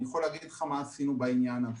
אני יכול להגיד לך מה עשינו בעניין הזה.